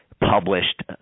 published